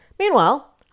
Meanwhile